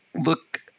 Look